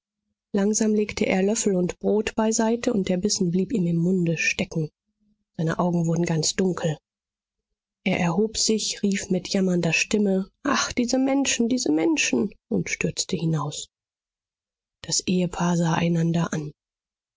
langsam legte er löffel und brot beiseite und der bissen blieb ihm im munde stecken seine augen wurden ganz dunkel er erhob sich rief mit jammernder stimme ach diese menschen diese menschen und stürzte hinaus das ehepaar sah einander an